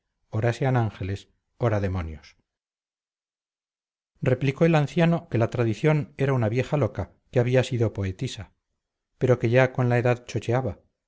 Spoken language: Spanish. ora sean ángeles ora demonios replicó el anciano que la tradición era una vieja loca que había sido poetisa pero que ya con la edad chocheaba